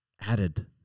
added